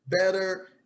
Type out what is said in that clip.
better